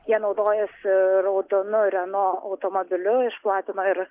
jie naudojosi raudonu reno automobiliu išplatino ir